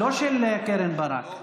לא של קרן ברק?